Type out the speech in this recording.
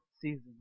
season